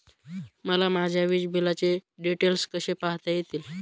मला माझ्या वीजबिलाचे डिटेल्स कसे पाहता येतील?